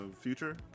Future